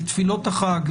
לתפילות החג,